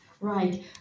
Right